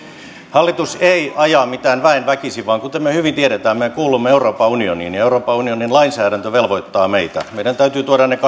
hallitus ei aja mitään väen väkisin vaan kuten me hyvin tiedämme me kuulumme euroopan unioniin ja euroopan unionin lainsäädäntö velvoittaa meitä meidän täytyy tuoda